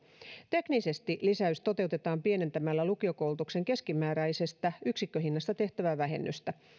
teknisesti lisäys toteutetaan pienentämällä lukiokoulutuksen keskimääräisestä yksikköhinnasta tehtävää vähennystä